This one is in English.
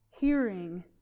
hearing